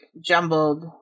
jumbled